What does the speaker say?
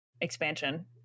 expansion